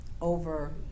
over